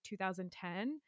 2010